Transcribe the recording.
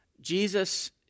Jesus